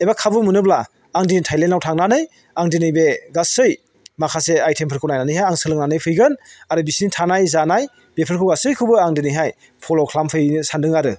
एबा खाबु मोनोब्ला आं दिनै थायलेन्डआव थांनानै आं दिनै बे गासै माखासे आयथेमफोरखौ नायनानैहाय आं सोलोंनानै फैगोन आरो बिसोरनि थानाय जानाय बेफोरखौ गासैखौबो आं दिनैहाय फल' खालामफैनो सानदों आरो